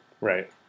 Right